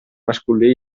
masculí